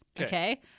Okay